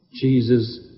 Jesus